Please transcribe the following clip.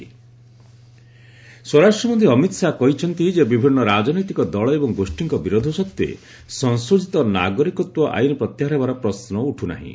Amit Shah citizenship ସ୍ୱରାଷ୍ଟ୍ରମନ୍ତ୍ରୀ ଅମିତ ଶାହା କହିଛନ୍ତି ଯେ ବିଭିନ୍ନ ରାଜନୈତିକ ଦଳ ଏବଂ ଗୋଷ୍ଠୀଙ୍କ ବିରୋଧ ସତ୍ତ୍ୱେ ସଂଶୋଧିତ ନାଗରିକତ୍ୱ ଆଇନ ପ୍ରତ୍ୟାହାର ହେବାର ପ୍ରଶ୍ନ ଉଠୁନାହିଁ